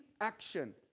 action